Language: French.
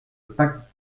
pacte